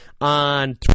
On